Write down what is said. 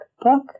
book